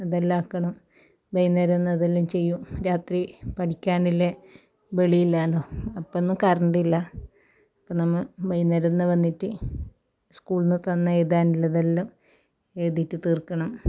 അതെല്ലം ആക്കണം വൈകുന്നേരം ഇരുന്ന് അതെല്ലാം ചെയ്യും രാത്രി പഠിക്കാനുള്ള വെളിയില്ലാലോ അപ്പൊന്നും കറണ്ടില്ല അപ്പോൾ നമ്മൾ വൈകുന്നേരന്ന വന്നിട്ട് സ്കൂളിന്ന് തന്ന എഴുതാനുള്ളതെല്ലാം എഴുതിട്ട് തീർക്കണം